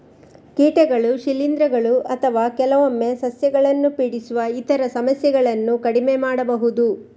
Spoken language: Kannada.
ಕೀಟಗಳು, ಶಿಲೀಂಧ್ರಗಳು ಅಥವಾ ಕೆಲವೊಮ್ಮೆ ಸಸ್ಯಗಳನ್ನು ಪೀಡಿಸುವ ಇತರ ಸಮಸ್ಯೆಗಳನ್ನು ಕಡಿಮೆ ಮಾಡಬಹುದು